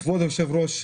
היום יום חמישי, ח'